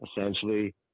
Essentially